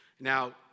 Now